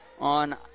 on